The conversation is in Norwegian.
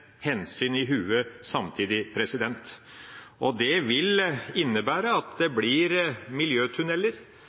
hensyn samtidig. Det vil innebære at det blir